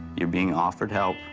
you're being offered help.